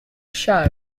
show